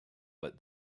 but